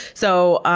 so,